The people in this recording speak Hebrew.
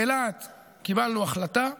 באילת קיבלנו החלטה,